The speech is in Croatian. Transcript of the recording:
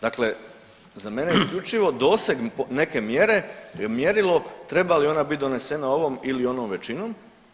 Dakle, za mene je isključivo doseg neke mjere mjerilo treba li ona biti donesena ovom ili onom većinom.